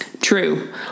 true